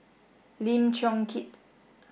Lim Chong Keat